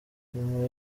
nyuma